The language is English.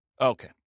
Okay